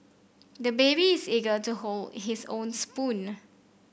the baby is eager to hold his own spoon